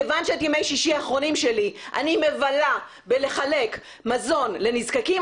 כיוון שאת ימי שישי האחרונים שלי אני מלווה בלחלק מזון לנזקקים,